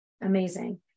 Amazing